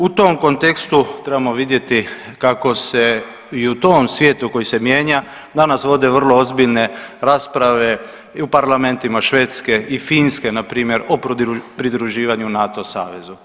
U tom kontekstu trebamo vidjeti kako se i u tom svijetu koji se mijenja danas vode vrlo ozbiljne rasprave i u parlamentima Švedske i Finske na primjer o pridruživanju NATO savezu.